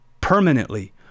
permanently